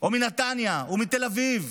או מנתניה או מתל אביב,